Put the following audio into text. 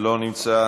אינו נוכח,